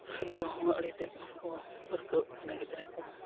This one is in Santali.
ᱧᱩ ᱦᱚᱸ ᱟᱹᱰᱤ ᱛᱮᱫ ᱠᱚ ᱯᱟᱹᱨᱠᱟᱹᱜ ᱠᱟᱱᱟ ᱜᱤᱫᱽᱨᱟᱹ ᱠᱚ